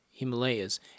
Himalayas